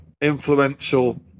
influential